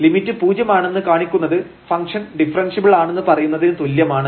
limit പൂജ്യം ആണെന്ന് കാണിക്കുന്നത് ഫംഗ്ഷൻ ഡിഫറെൻഷ്യബിൾ ആണെന്ന് പറയുന്നതിന് തുല്യമാണ്